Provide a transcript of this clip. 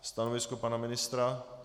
Stanovisko pana ministra?